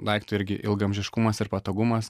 daikto irgi ilgaamžiškumas ir patogumas